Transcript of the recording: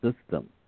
system